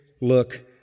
look